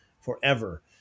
forever